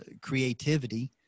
creativity